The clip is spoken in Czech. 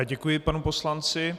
Děkuji panu poslanci.